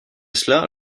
cela